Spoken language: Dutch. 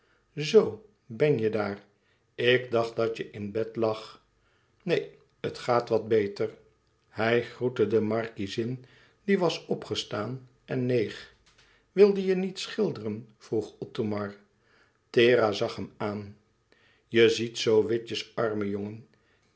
zoo ben je daar ik dacht dat je in bed lag neen het gaat wat beter hij groette de markiezin die was opgestaan en neeg wil je niet schilderen vroeg othomar thera zag hem aan je ziet zoo witjes arme jongen